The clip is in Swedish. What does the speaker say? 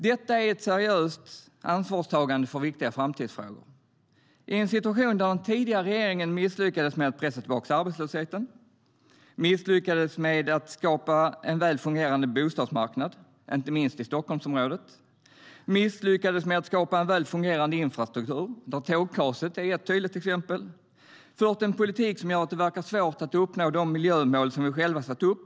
Detta är ett seriöst ansvarstagande för viktiga framtidsfrågor. Den tidigare regeringen misslyckades med att pressa tillbaka arbetslösheten och att skapa en väl fungerande bostadsmarknad, inte minst i Stockholmsområdet. Man misslyckades med att skapa en väl fungerande infrastruktur - tågkaoset är ett tydligt exempel. Man har fört en politik som gör att det verkar bli svårt att uppnå de miljömål som vi själva satt upp.